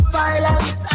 violence